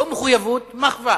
לא מחויבות, מחווה.